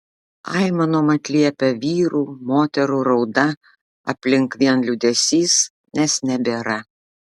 aimanom atliepia vyrų moterų rauda aplink vien liūdesys nes nebėra